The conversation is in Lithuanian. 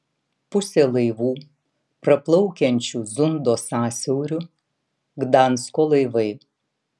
pusė laivų praplaukiančių zundo sąsiauriu gdansko laivai